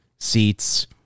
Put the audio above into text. seats